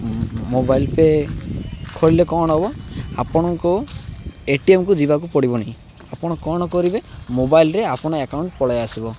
mobile pay ଖୋଳିଲେ କ'ଣ ହବ ଆପଣଙ୍କୁ ଏଟିଏମ୍କୁ ଯିବାକୁ ପଡ଼ିବନି ଆପଣ କ'ଣ କରିବେ ମୋବାଇଲ୍ରେ ଆପଣ ଆକାଉଣ୍ଟ୍ ପଳେଇ ଆସିବ